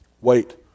Wait